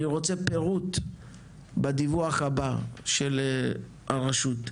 אני רוצה פירוט בדיווח הבא של הרשות.